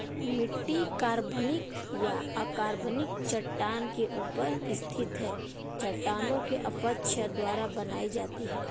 मिट्टी कार्बनिक या अकार्बनिक चट्टान के ऊपर स्थित है चट्टानों के अपक्षय द्वारा बनाई जाती है